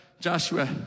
Joshua